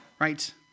right